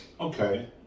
Okay